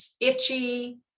itchy